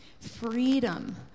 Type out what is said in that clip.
Freedom